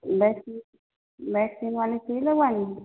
vaccine vaccine वाले सुई लगवाने हैं